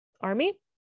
army